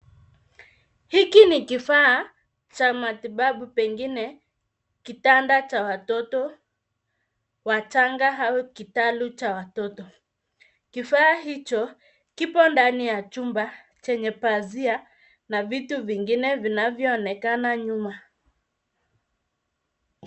Hiki ni kifaa cha matibabu pengine kitanda cha watoto wachanga au kitalu cha watoto. Kifaa hicho kipo ndani ya chumba chenye pazia na vitu vingine vinavyoonekana nyuma.